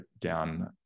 down